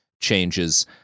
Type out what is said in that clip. changes